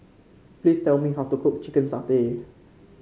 please tell me how to cook Chicken Satay